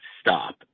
stop